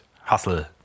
hustle